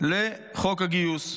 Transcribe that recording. לחוק הגיוס.